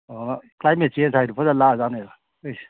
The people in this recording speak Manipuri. ꯑꯥ ꯀ꯭ꯂꯥꯏꯃꯦꯠ ꯆꯦꯟꯖ ꯍꯥꯏꯗꯨ ꯐꯖꯅ ꯂꯥꯛꯑꯖꯥꯠꯅꯤꯗ ꯍꯧꯖꯤꯛꯁꯦ